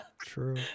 True